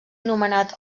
anomenat